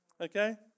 Okay